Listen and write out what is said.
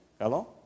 Hello